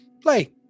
Play